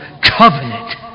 covenant